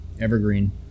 evergreen